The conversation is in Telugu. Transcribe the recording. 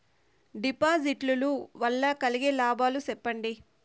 డిపాజిట్లు లు వల్ల కలిగే లాభాలు సెప్పండి?